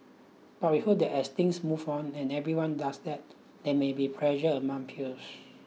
but we hope that as things move on and everyone does that there may be pressure among peers